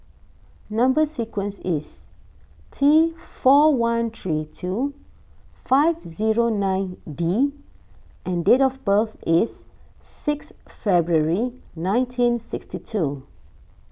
Number Sequence is T four one three two five zero nine D and date of birth is six February nineteen sixty two